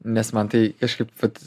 nes man tai kažkaip vat